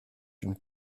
une